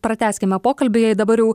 pratęskime pokalbį jei dabar jau